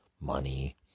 money